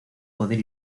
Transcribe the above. poder